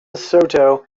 soto